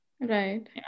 Right